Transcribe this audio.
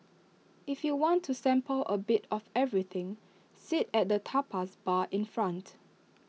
if you want to sample A bit of everything sit at the tapas bar in front